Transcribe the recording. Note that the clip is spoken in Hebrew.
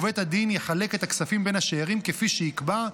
ובית הדין יחלק את הכספים בין השאירים כפי שיקבע,